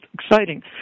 exciting